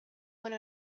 one